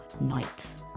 nights